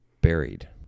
buried